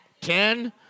ten